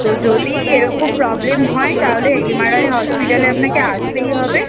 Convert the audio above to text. তো যদি এরকম প্রবলেম হয় তাহলে এম আর আই হসপিটালে আপনাকে আসতেই হবে